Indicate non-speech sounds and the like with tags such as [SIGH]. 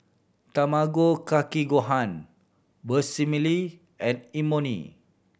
Tamago Kake Gohan [UNINTELLIGIBLE] and Imoni